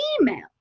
email